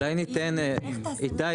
איתי,